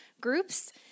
groups